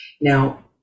Now